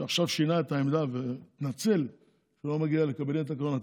שעכשיו שינה את העמדה והתנצל ולא מגיע לקבינט הקורונה,